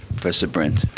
professor brint.